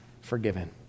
forgiven